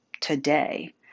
today